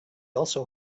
also